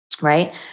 right